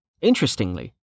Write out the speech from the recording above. Interestingly